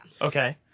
okay